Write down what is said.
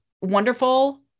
wonderful